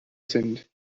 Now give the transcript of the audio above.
sind